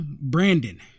Brandon